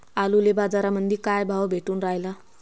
आलूले बाजारामंदी काय भाव भेटून रायला?